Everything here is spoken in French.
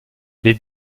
les